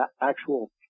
actual